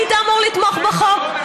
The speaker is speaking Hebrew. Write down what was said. היית אמור לתמוך בחוק.